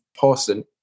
person